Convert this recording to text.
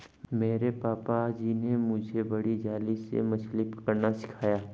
मेरे पापा जी ने मुझे बड़ी जाली से मछली पकड़ना सिखाया